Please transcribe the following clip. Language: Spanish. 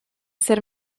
ser